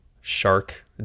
shark